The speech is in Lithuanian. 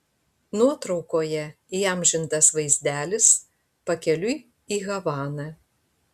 nuotraukoje įamžintas vaizdelis pakeliui į havaną